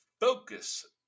focus